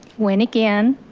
went again,